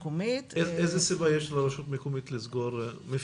איזו סיבה יש לרשות המקומית לסגור מפתן?